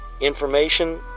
Information